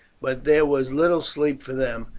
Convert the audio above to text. but there was little sleep for them,